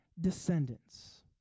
descendants